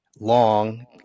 Long